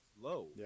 low